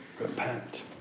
Repent